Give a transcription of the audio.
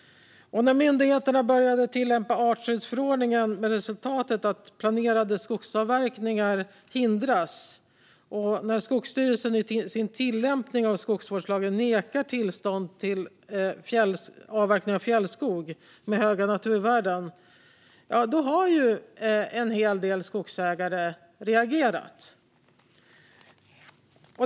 När myndigheterna började tillämpa artskyddsförordningen med resultatet att planerade skogsavverkningar hindras och när Skogsstyrelsen i sin tillämpning av skogsvårdslagen nekar tillstånd till avverkning av fjällskog med höga naturvärden då har en hel del skogsägare reagerat.